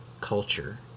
culture